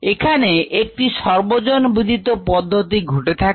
এখানে একটি সর্বজন বিদিত পদ্ধতি ঘটে থাকে